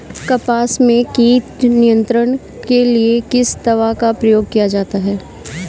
कपास में कीट नियंत्रण के लिए किस दवा का प्रयोग किया जाता है?